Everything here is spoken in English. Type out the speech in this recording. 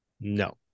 no